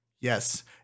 Yes